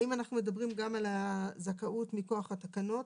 האם אנחנו מדברים גם על זכאות מכוח התקנות,